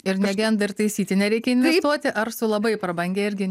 ir negenda ir taisyti nereikia investuoti ar su labai prabangia irgi